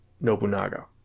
Nobunaga